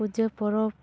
ᱯᱩᱡᱟᱹ ᱯᱚᱨᱚᱵᱽ